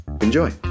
Enjoy